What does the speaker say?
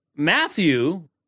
Matthew